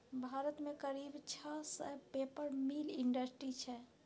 भारत मे करीब छह सय पेपर मिल इंडस्ट्री छै